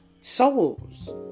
souls